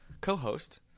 co-host